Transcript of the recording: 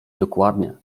dokładnie